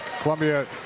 Columbia